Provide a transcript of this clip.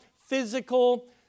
physical